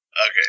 Okay